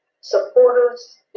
supporters